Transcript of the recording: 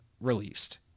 released